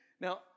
Now